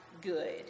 good